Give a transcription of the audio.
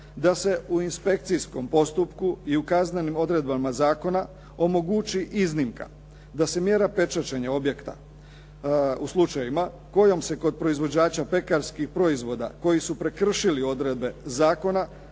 da se u inspekcijskom postupku i u kaznenim odredbama zakona omogući iznimka da se mjera pečaćenja objekta u slučajevima kojom se kod proizvođača pekarskih proizvoda koji su prekršili odredbe zakona,